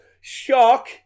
Shock